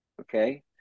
Okay